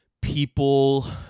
people